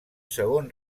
segon